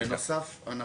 בנוסף,